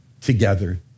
together